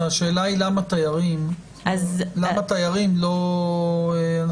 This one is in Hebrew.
השאלה היא למה לגבי תיירים אנחנו לא מסתפקים